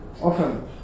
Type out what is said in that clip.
often